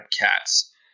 cats